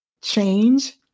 Change